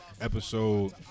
episode